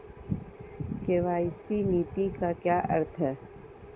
KYC नीति का क्या अर्थ है?